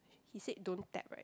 he said don't tap right